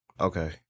Okay